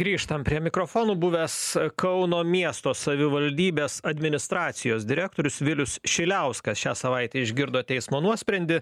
grįžtam prie mikrofonų buvęs kauno miesto savivaldybės administracijos direktorius vilius šiliauskas šią savaitę išgirdo teismo nuosprendį